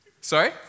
Sorry